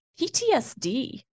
ptsd